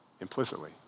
implicitly